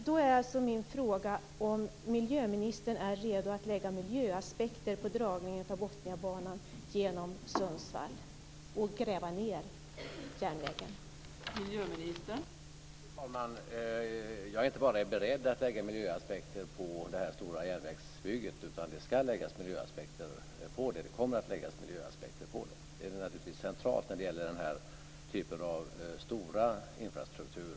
Då är min fråga om miljöministern är redo att lägga miljöaspekter på dragningen av Botniabanan genom Sundsvall och låta järnvägen gå under jord.